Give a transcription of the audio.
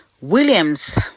Williams